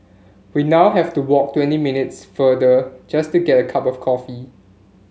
we now have to walk twenty minutes farther just to get a cup of coffee